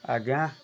ଆଜ୍ଞା